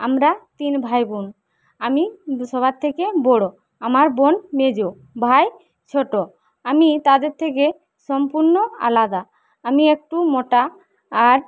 আমরা তিন ভাইবোন আমি সবার থেকে বড় আমার বোন মেজ ভাই ছোটো আমি তাঁদের থেকে সম্পূর্ণ আলাদা আমি একটু মোটা আর